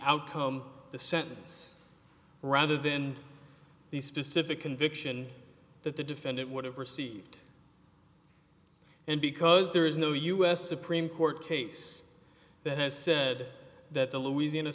outcome the sentence rather than the specific conviction that the defendant would have received and because there is no u s supreme court case that has said that the louisiana